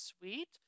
sweet